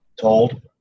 told